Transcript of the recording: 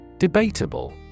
Debatable